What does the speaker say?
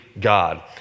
God